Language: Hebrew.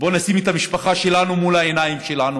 בואו נשים את המשפחה שלנו מול העיניים שלנו